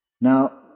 Now